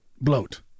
bloat